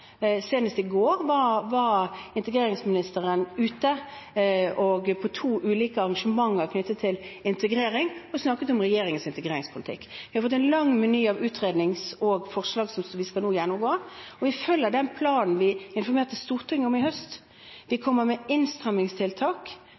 to ulike arrangementer knyttet til integrering og snakket om regjeringens integreringspolitikk. Vi har fått en lang meny av utredninger og forslag som vi nå skal gjennomgå, og vi følger den planen vi informerte Stortinget om i høst. Vi